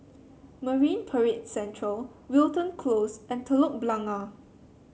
Marine Parade Central Wilton Close and Telok Blangah